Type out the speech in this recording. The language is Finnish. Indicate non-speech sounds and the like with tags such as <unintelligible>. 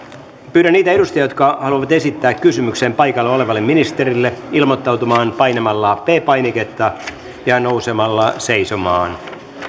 pyydän niitä edustajia jotka haluavat esittää kysymyksen paikalla olevalle ministerille ilmoittautumaan painamalla p painiketta <unintelligible> <unintelligible> <unintelligible> <unintelligible> ja nousemalla seisomaan